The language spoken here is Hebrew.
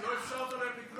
ייבשת אותם.